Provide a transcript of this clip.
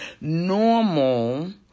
normal